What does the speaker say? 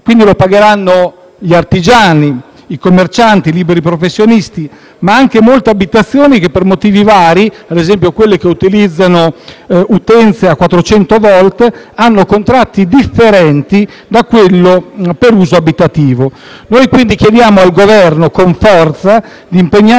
Lo pagheranno gli artigiani, i commercianti, i liberi professionisti, ma anche molte abitazioni che per motivi vari (ad esempio quelle che utilizzano utenze a 400 volt) hanno contratti differenti da quello per uso abitativo. Noi quindi chiediamo al Governo con forza di impegnarsi